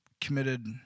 committed